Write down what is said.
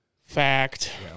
fact